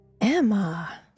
Emma